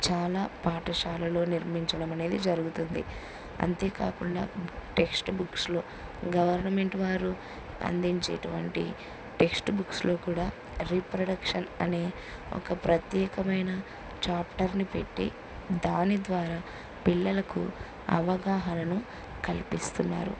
చాలా పాఠశాలలో నిర్మించడం అనేది జరుగుతుంది అంతేకాకుండా టెక్స్ట్ బుక్స్లో గవర్నమెంట్ వారు అందించేటువంటి టెక్స్ట్ బుక్స్లో కూడా రీప్రొడక్షన్ అనే ఒక ప్రత్యేకమైన చాప్టర్ని పెట్టి దాని ద్వారా పిల్లలకు అవగాహనను కల్పిస్తున్నారు